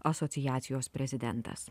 asociacijos prezidentas